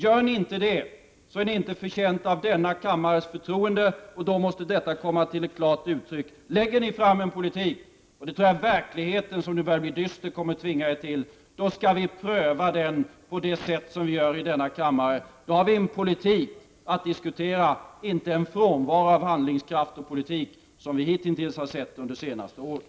Om ni inte gör det är ni inte förtjänta av denna kammares förtroende, och då måste detta komma till klart uttryck. Lägger ni fram en politik, och det tror jag att verkligheten som börjar bli dyster kommer att tvinga er till, då skall vi pröva den på det sätt som vi gör i denna kammare. Då har vi en politik att diskutera, inte en frånvaro av handlingskraft och politik som vi hitintills har sett under det senaste året.